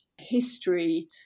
history